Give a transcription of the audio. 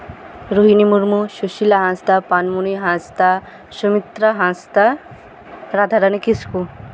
Rohini Murmu Susila Hansda Panmuni Hansda Sumitra Hansda Radharani Kisku